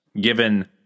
given